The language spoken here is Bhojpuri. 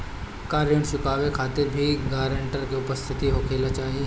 का ऋण चुकावे के खातिर भी ग्रानटर के उपस्थित होखे के चाही?